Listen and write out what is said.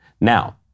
Now